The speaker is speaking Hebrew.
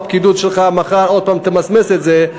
והפקידות שלך מחר עוד פעם תמסמס את זה,